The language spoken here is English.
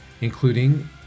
including